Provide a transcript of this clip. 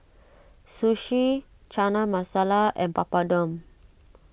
Sushi Chana Masala and Papadum